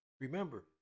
remember